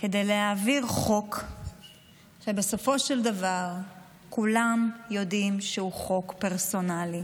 כדי להעביר חוק שבסופו של דבר כולם יודעים שהוא חוק פרסונלי.